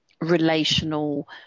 relational